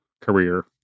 career